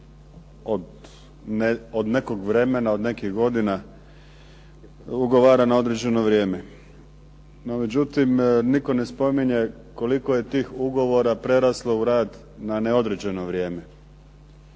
od nekog vremena, od nekih godina ugovara na određeno vrijeme. No međutim, nitko ne spominje koliko je tih ugovora preraslo u rad na neodređeno vrijeme.